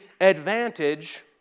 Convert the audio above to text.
advantage